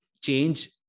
change